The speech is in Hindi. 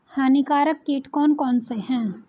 हानिकारक कीट कौन कौन से हैं?